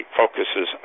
focuses